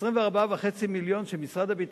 מ-24.5 המיליון של משרד הביטחון,